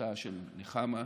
מותה של נחמה,